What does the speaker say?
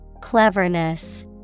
Cleverness